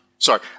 Sorry